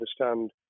understand